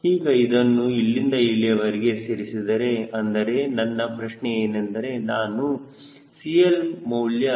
ಈಗ ಇದನ್ನು ಇಲ್ಲಿಂದ ಇಲ್ಲಿಯವರೆಗೆ ಸೇರಿಸಿದರೆ ಅಂದರೆ ನನ್ನ ಪ್ರಶ್ನೆ ಏನೆಂದರೆ ನಾನು CL ಮೌಲ್ಯ 0